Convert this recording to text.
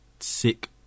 sick